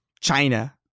China